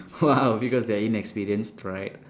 !wow! because they are inexperience right